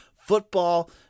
football